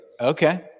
okay